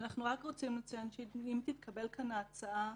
לציין שאם תתקבל כאן ההצעה